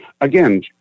again